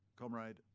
comrade